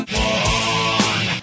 one